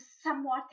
somewhat